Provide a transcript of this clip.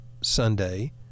Sunday